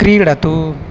क्रीडतु